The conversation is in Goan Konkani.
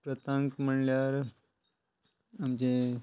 प्रतांक म्हणल्यार आमचें